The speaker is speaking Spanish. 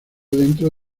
dentro